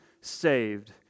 saved